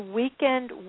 weekend